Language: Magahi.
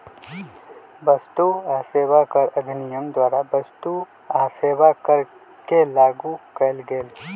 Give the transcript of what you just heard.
वस्तु आ सेवा कर अधिनियम द्वारा वस्तु आ सेवा कर के लागू कएल गेल